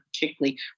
particularly